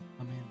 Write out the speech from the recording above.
Amen